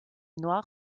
noir